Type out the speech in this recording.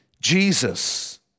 Jesus